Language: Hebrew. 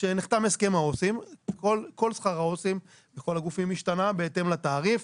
כשנחתם הסכם העו"סים כל שכר העו"סים בכל הגופים השתנה בהתאם לתעריף,